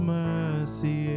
mercy